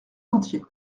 entier